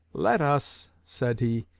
let us, said he,